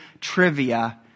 trivia